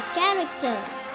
characters